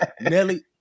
Nelly